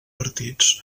partits